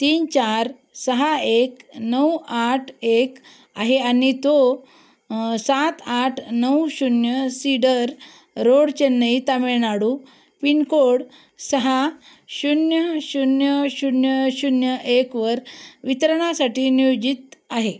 तीन चार सहा एक नऊ आठ एक आहे आणि तो सात आठ नऊ शून्य cedar road Chennai Tamil Nadu pin code सहा शून्य शून्य शून्य शून्य एकवर वितरणासाठी नियोजित आहे